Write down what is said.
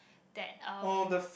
that um